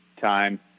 time